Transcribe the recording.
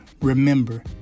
Remember